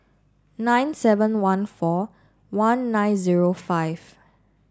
nine seven one four one nine zero five